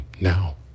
now